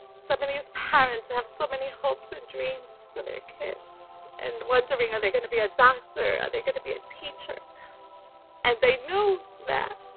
something, these parents have so many hopes and dreams for their kid and wondering are they, gonna be a doctor are they, gonna be a teacher and they know that